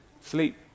sleep